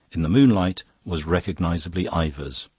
in the moonlight, was recognisably ivor's.